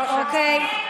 אוקיי.